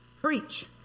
Preach